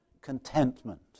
contentment